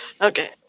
Okay